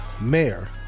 mayor